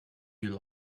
you